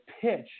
pitch